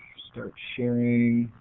start sharing.